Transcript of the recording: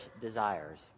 desires